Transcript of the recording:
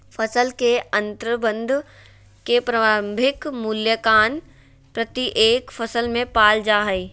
फसल के अंतर्संबंध के प्रारंभिक मूल्यांकन प्रत्येक फसल में पाल जा हइ